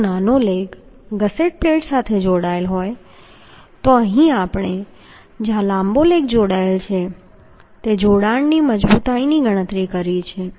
જો નાનો leg gusset plate સાથે જોડાયેલ હોય તો અહીં આપણે જ્યાં લાંબો લેગ જોડાયેલ છે તે જોડાણની મજબૂતાઈની ગણતરી કરી છે